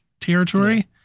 territory